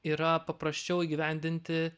yra paprasčiau įgyvendinti